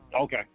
Okay